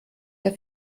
der